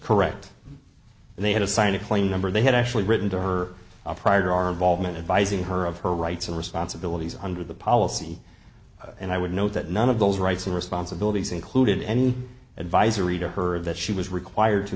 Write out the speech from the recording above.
correct and they had a sign to claim number they had actually written to her prior to our involvement advising her of her rights and responsibilities under the policy and i would note that none of those rights and responsibilities included any advisory to her that she was required to